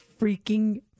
freaking